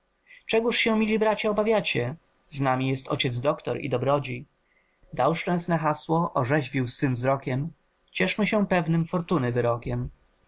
czegoż się mili bracia obawiacie z nami jest ojciec doktor i dobrodzij dał szczęsne hasło orzeźwił swym wzrokiem cieszmy się pewnym fortuny wyrokiem